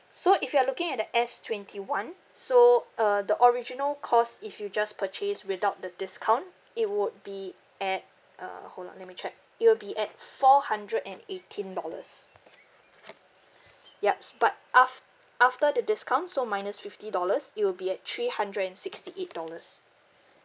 so if you are looking at the s twenty one so uh the original cost if you just purchase without the discount it would be at uh hold on let me check it will be at four hundred and eighteen dollars yups but aft~ after the discount so minus fifty dollars it will be at three hundred and sixty eight dollars